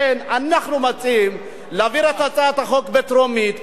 לכן אנחנו מציעים להעביר את הצעת החוק בקריאה הטרומית.